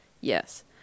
yes